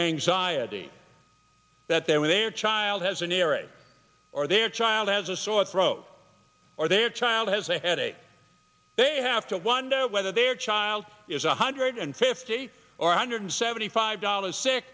anxiety that they with their child has an earache or their child has a sore throat or their child has a headache they have to wonder whether their child is a hundred and fifty or a hundred seventy five dollars sick